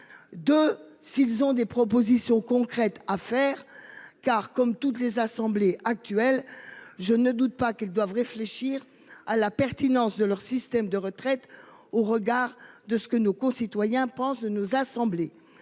De s'ils ont des propositions concrètes à faire car comme toutes les assemblées actuelles. Je ne doute pas qu'ils doivent réfléchir à la pertinence de leur système de retraite au regard de ce que nos concitoyens pensent de nous assemblée.